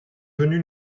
venu